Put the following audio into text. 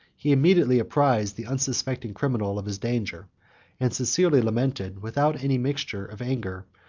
he immediately apprised the unsuspecting criminal of his danger and sincerely lamented, without any mixture of anger,